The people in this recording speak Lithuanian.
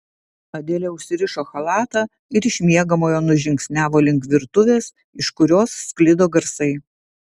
adelė užsirišo chalatą ir iš miegamojo nužingsniavo link virtuvės iš kurios sklido garsai